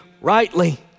rightly